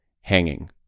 hanging